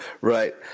Right